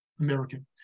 American